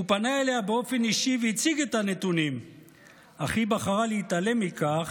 הוא פנה אליה באופן אישי והציג את הנתונים אך היא בחרה להתעלם מכך,